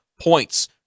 points